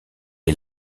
est